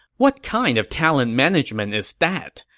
what kind of talent management is that?